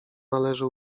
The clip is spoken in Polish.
należy